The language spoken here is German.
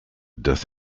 dass